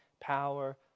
power